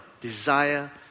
desire